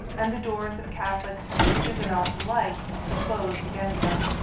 and the doors of catholics and huguenots alike were closed against them.